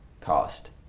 cost